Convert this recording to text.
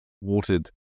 watered